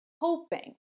hoping